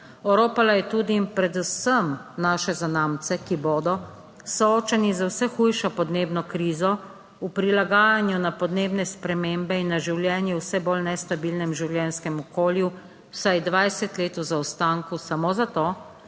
Oropala je tudi in predvsem naše zanamce, ki bodo soočeni z vse hujšo podnebno krizo v prilagajanju na podnebne spremembe in na življenje v vse bolj nestabilnem življenjskem okolju vsaj 20 let v zaostanku samo zato,